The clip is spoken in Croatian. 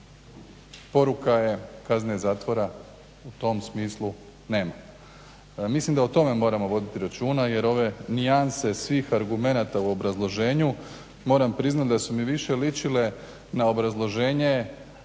Poruka je kazne zatvora u tom smislu nema. Mislim da o tome moramo voditi računa jer ove nijanse svih argumenata u obrazloženju moram priznat da su mi više ličile na obrazloženje